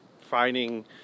finding